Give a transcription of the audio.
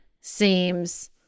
seems